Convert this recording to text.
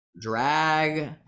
drag